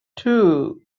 two